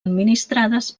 administrades